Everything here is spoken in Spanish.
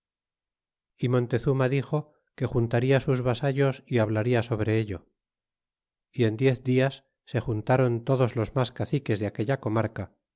y montezuma dixo que juntaria sus vasallos hablaria sobre ello y en diez dias se juntaron todos los mas caciques de aquella comarca